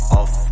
off